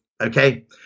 okay